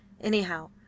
Anyhow